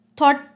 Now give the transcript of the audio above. Thought